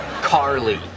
Carly